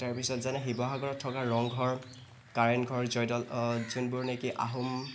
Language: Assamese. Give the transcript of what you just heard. তাৰপিছত যেনে শিৱসাগৰত থকা ৰংঘৰ কাৰেংঘৰ জয়দৌল যোনবোৰ নেকি আহোম